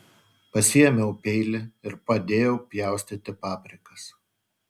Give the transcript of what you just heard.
pasiėmiau peilį ir padėjau pjaustyti paprikas